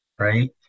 right